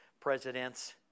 presidents